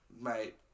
mate